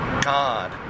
God